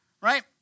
right